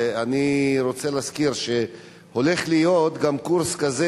אני רוצה להזכיר שהולך להיות קורס כזה